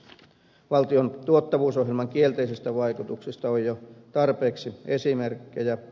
valtion tuottavuusohjelman kielteisistä vaikutuksista on jo tarpeeksi esimerkkejä